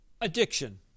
Addiction